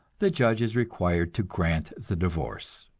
the judge is required to grant the divorce.